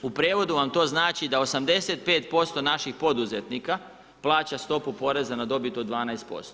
U prijevodu vam to znači da 85% naših poduzetnika plaća stopu poreza na dobit od 12%